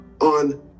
on